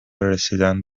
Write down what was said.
رسیدن